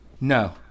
No